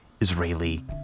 israeli